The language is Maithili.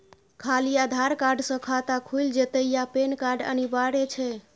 खाली आधार कार्ड स खाता खुईल जेतै या पेन कार्ड अनिवार्य छै?